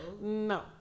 No